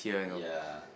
yea